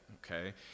okay